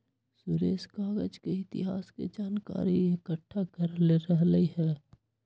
सुरेश कागज के इतिहास के जनकारी एकट्ठा कर रहलई ह